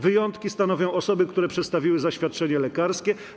Wyjątki stanowią osoby, które przedstawiły zaświadczenie lekarskie.